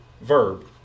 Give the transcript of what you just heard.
verb